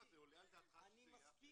אבל מה, זה עולה על דעתך שזה יהיה אחרת?